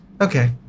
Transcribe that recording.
okay